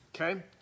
Okay